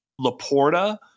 Laporta